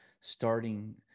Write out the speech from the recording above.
starting